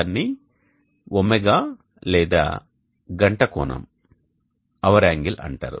దానిని ω లేదా గంట కోణం అంటారు